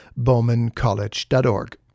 bowmancollege.org